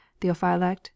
theophylact